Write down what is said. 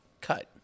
cut